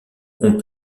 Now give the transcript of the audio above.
peut